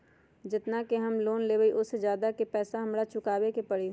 जेतना के हम लोन लेबई ओ से ज्यादा के हमरा पैसा चुकाबे के परी?